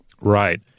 Right